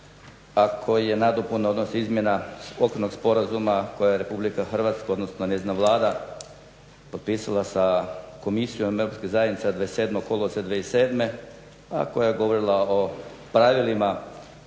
a koji je nadopuna, odnosno izmjena okvirnog sporazuma koji je Republika Hrvatska, odnosno njezina Vlada potpisala sa Komisijom Europske zajednice 27. kolovoza 2007. a koja je govorila o pravilima